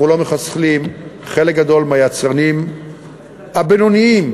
לא מחסלים חלק גדול מהיצרנים הבינוניים.